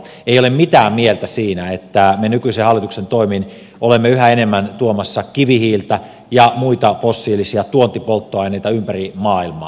ei ole mitään mieltä siinä että me nykyisen hallituksen toimin olemme yhä enemmän tuomassa kivihiiltä ja muita fossiilisia tuontipolttoaineita ympäri maailmaa